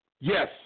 Yes